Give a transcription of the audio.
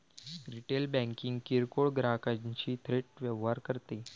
retail banking किरकोळ ग्राहकांशी थेट व्यवहार करते